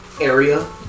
area